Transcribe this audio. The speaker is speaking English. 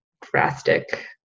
Drastic